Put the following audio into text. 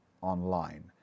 online